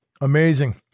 amazing